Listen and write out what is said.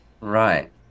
Right